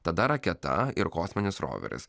tada raketa ir kosminis roveris